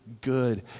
good